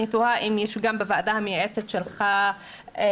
אני תוהה אם בוועדה המייעצת שלך יש